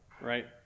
right